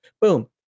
Boom